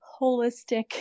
holistic